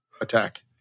attack